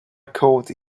code